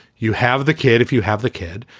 you have the kid if you have the kid,